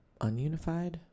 ununified